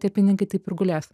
tie pinigai taip ir gulės